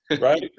right